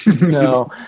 no